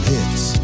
Hits